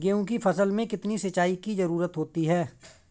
गेहूँ की फसल में कितनी सिंचाई की जरूरत होती है?